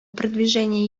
продвижения